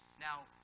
Now